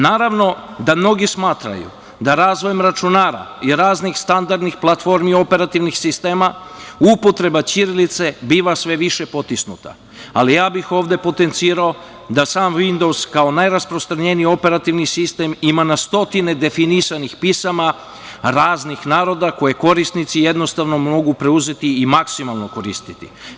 Naravno da mnogi smatraju da razvojem računara i raznih standardnih platformi operativnih sistema, upotreba ćirilice biva sve više potisnuta, ali bih ovde potencirao da sam „Windows“, kao najrasprostranjeniji operativni sistem ima na stotine definisanih pisama raznih naroda koje korisnici jednostavno mogu preuzeti i maksimalno koristiti.